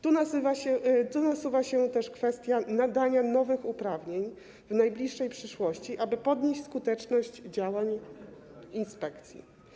Tu nasuwa się też kwestia nadania nowych uprawnień w najbliższej przyszłości, aby podnieść skuteczność działań inspekcji.